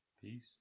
Peace